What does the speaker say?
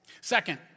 Second